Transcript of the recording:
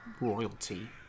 royalty